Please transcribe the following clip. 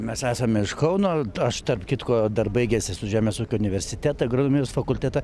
mes esame iš kauno aš tarp kitko dar baigęs esu žemės ūkio universitetą agronomijos fakultetą